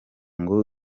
ngo